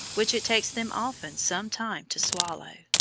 which it takes them often some time to swallow.